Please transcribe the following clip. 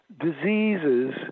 diseases